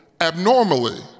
abnormally